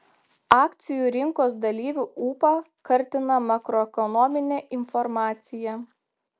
akcijų rinkos dalyvių ūpą kartina makroekonominė informacija